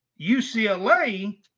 UCLA